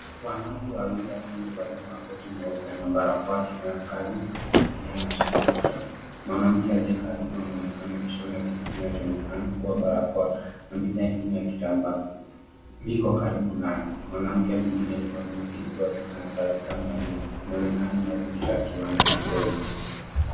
Wanawake wawili wakiwa wamevalia koti meupe na barakoa wakifanya kazi kwa kutumia mashine ya kushona, mwanamke aliye karibu anaonekana akishona kitu kinachoonekana kuwa barakoa akitumia kitambaa, mwanamke mwingine yuko nyuma kidogo naye inaonekana akifanya kazi kama hiyo yake inaonekana mazingira ya kiwanda kidogo.